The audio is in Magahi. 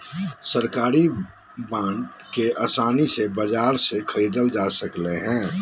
सरकारी बांड के आसानी से बाजार से ख़रीदल जा सकले हें